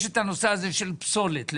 יש את הנושא הזה של פסולת למשל,